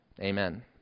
Amen